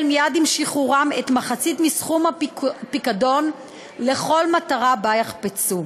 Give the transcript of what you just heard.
מייד עם שחרורם מחצית מסכום הפיקדון לכל מטרה שבה יחפצו.